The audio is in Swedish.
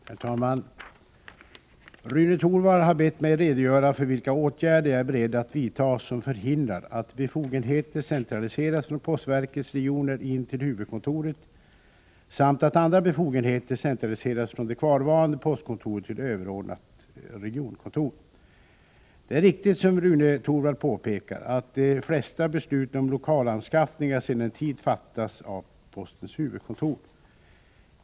Herr talman! Rune Torwald har bett mig redogöra för vilka åtgärder jag är beredd att vidta som förhindrar att befogenheter centraliseras från postverkets regioner in till huvudkontoret samt att andra befogenheter centraliseras från de kvarvarande postkontoren till överordnat regionkontor. Det är riktigt, som Rune Torwald påpekar, att de flesta beslut om lokalanskaffningar sedan en tid fattas av postens huvudkontor.